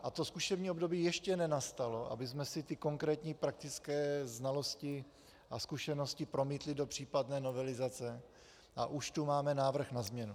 A to zkušební období ještě nenastalo, abychom si ty konkrétní praktické znalosti a zkušenosti promítli do případné novelizace, a už tu máme návrh na změnu.